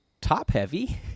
top-heavy